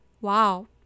wow